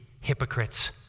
hypocrites